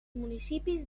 municipis